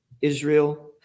Israel